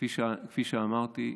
כפי שאמרתי,